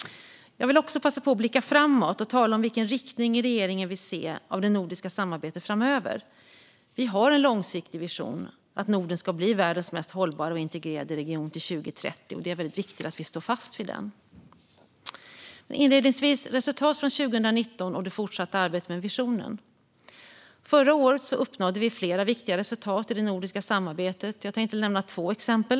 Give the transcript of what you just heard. Jag vill också passa på att blicka framåt och tala om vilken riktning regeringen vill se på det nordiska samarbetet framöver. Vi har en långsiktig vision om att Norden ska bli världens mest hållbara och integrerade region till 2030, och det är viktigt att vi står fast vid den. Men först resultaten från 2019 och det fortsatta arbetet med visionen. Förra året uppnådde vi flera viktiga resultat i det nordiska samarbetet, och jag tänkte nämna två exempel.